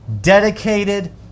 dedicated